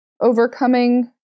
overcoming